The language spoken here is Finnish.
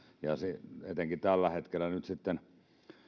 ja etenkin tällä hetkellä nyt sitten